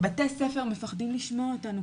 בתי ספר מפחדים לשמוע אותנו,